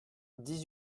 dix